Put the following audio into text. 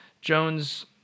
Jones